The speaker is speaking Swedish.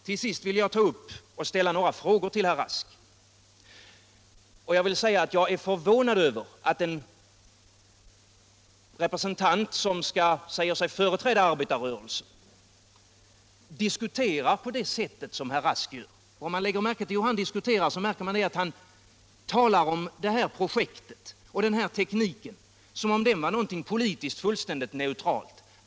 Till sist vill jag ställa några frågor till herr Rask. Jag är förvånad över att en representant som säger sig företräda arbetarrörelsen diskuterar på det sätt som herr Rask gör. Om man studerar hur herr Rask diskuterar, märker man att han talar om detta projekt och denna teknik som om det var någonting politiskt fullständigt neutralt.